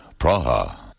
Praha